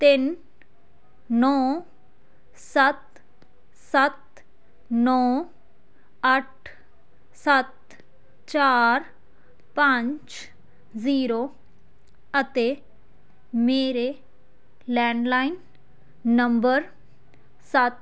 ਤਿੰਨ ਨੌਂ ਸੱਤ ਸੱਤ ਨੌਂ ਅੱਠ ਸੱਤ ਚਾਰ ਪੰਜ ਜੀਰੋ ਅਤੇ ਮੇਰੇ ਲੈਂਡਲਾਈਨ ਨੰਬਰ ਸੱਤ